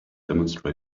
demonstrate